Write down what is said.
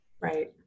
Right